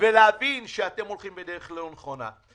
ולהבין שאתם הולכים בדרך לא נכונה.